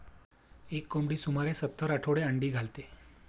एक कोंबडी सुमारे सत्तर आठवडे अंडी घालते